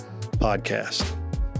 podcast